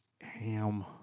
ham